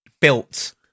built